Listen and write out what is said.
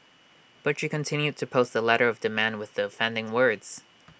but you continued to post the letter of demand with the offending words